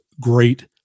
great